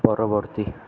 ପରବର୍ତ୍ତୀ